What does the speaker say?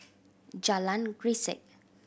Jalan Grisek